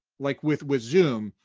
like with with zoom,